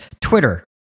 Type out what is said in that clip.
Twitter